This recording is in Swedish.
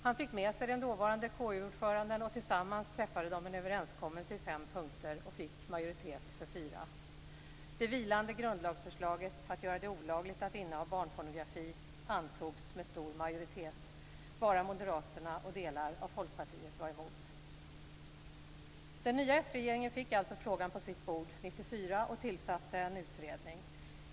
Han fick med sig den dåvarande KU-ordföranden, och tillsammans träffade de en överenskommelse i fem punkter och fick majoritet för fyra. Det vilande grundlagsförslaget att göra det olagligt att inneha barnpornografi antogs med stor majoritet. Bara moderaterna och delar av Den nya s-regeringen fick alltså frågan på sitt bord 1994 och tillsatte en utredning.